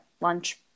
lunch